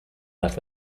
left